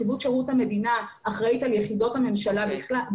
נציבות שירות המדינה אחראית על יחידות הממשלה בכלל,